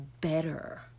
better